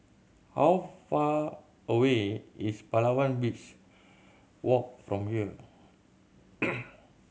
how far away is Palawan Beach Walk from here